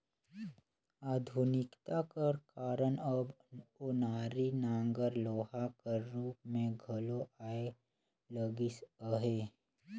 आधुनिकता कर कारन अब ओनारी नांगर लोहा कर रूप मे घलो आए लगिस अहे